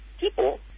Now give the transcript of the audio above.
people